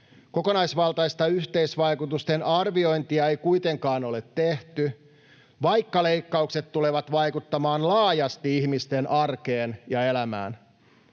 Kokonaisvaltaista yhteisvaikutusten arviointia ei kuitenkaan ole tehty, vaikka leikkaukset tulevat vaikuttamaan laajasti ihmisten arkeen ja elämään.